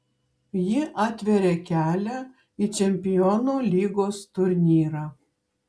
ji atveria kelią į čempionų lygos turnyrą